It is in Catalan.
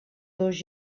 dos